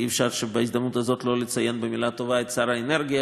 אי-אפשר בהזדמנות הזאת שלא לציין לטובה את שר האנרגיה,